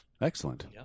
Excellent